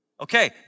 Okay